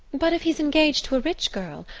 but if he's engaged to a rich girl,